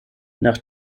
nach